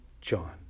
John